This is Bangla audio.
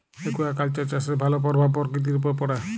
একুয়াকালচার চাষের ভালো পরভাব পরকিতির উপরে পড়ে